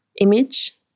image